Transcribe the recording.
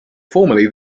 formerly